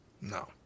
No